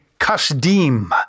Kasdim